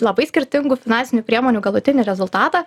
labai skirtingų finansinių priemonių galutinį rezultatą